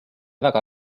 väga